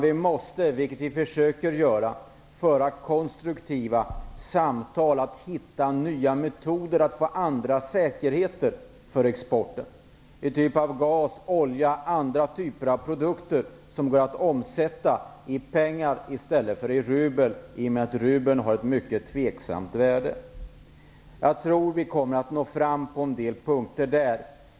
Vi måste -- och det försöker vi göra -- föra konstruktiva samtal för att hitta nya metoder för att få andra säkerheter för exporten. Det kan vara gas, olja eller andra produkter som går att omsätta i andra valutor än rubeln. Rubeln har ett mycket tveksamt värde. Jag tror att vi kommer att nå fram på en del punkter.